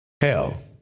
hell